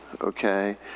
Okay